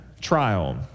trial